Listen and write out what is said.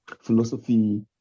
philosophy